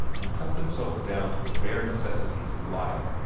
and cut themselves down to the bare necessities of life,